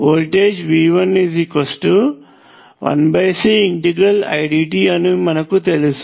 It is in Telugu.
వోల్టేజ్ V1 1CIdt అని మనకు తెలుసు